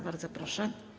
Bardzo proszę.